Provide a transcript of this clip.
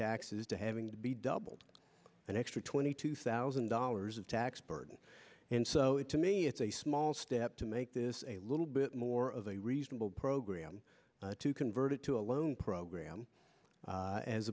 taxes to having to be doubled an extra twenty two thousand dollars of tax burden and so it to me it's a small step to make this a little bit more of a reasonable program to convert it to a loan program